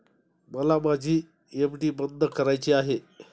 मला माझी एफ.डी बंद करायची आहे